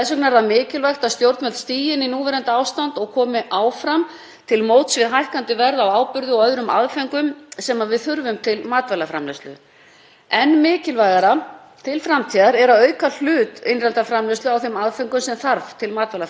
Enn mikilvægara til framtíðar er að auka hlut innlendrar framleiðslu á þeim aðföngum sem þarf til matvælaframleiðslu. Það er hluti af því að vera sjálfbær um fæðu að minnka eins og við best getum áhrif utanaðkomandi þátta á matvælaframleiðslu og fæðuöryggi Íslendinga.